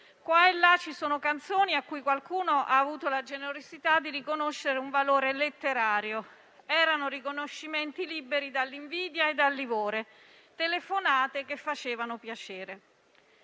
Qua e là, ci sono canzoni a cui qualcuno ha avuto la generosità di riconoscere un valore letterario. Erano riconoscimenti liberi dall'invidia e dal livore. Telefonate che facevano piacere».